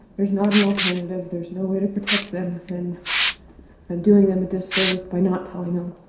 there's not an alternative, there's no way to protect them and i'm doing them a disservice by not telling them.